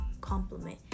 compliment